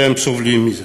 שהם סובלים מזה.